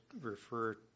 refer